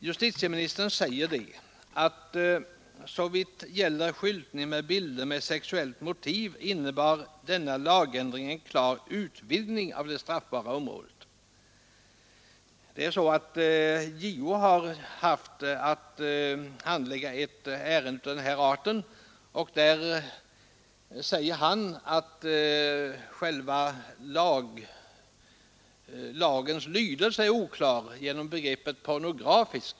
Justitieministern sade att såvitt gäller skyltning med bilder med sexuellt motiv innebär lagändringen en klar utvidgning av det straffbara området. JO har haft att handlägga ett ärende av denna art, där han säger att lagens lydelse är oklar genom att man i den använder begreppet ”pornografisk”.